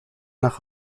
nach